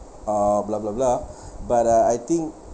uh blah blah blah but uh I think